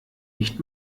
nicht